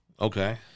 Okay